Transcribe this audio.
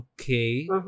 Okay